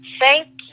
Thank